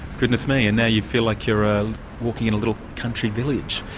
goodness me, and now you feel like you're um walking in a little country village,